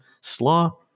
slaw